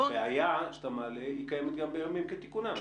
אבל הבעיה שאתה מעלה קיימת גם בימים כתיקונם,